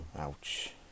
Ouch